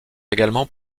également